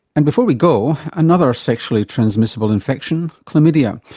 and before we go, another sexually transmissible infection, chlamydia,